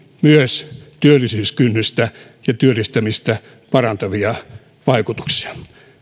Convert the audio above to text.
myös työllisyyskynnystä ja työllistämistä parantavia vaikutuksia